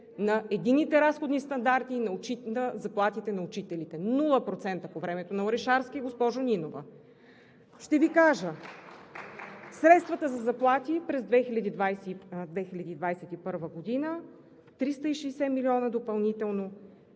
на единните разходни стандарти и на заплатите на учителите. Нула процента по времето на Орешарски, госпожо Нинова! Ще Ви кажа: средствата за заплати за 2021 г. са с 360 милиона допълнително.